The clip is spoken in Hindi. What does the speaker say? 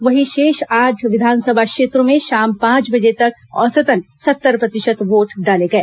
वहीं शेष आठ विधानसभा क्षेत्रों में शाम पांच बजे तक सत्तर प्रतिशत वोट डाले गए